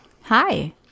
hi